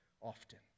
often